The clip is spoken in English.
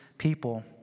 people